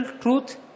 truth